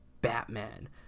Batman